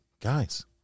guys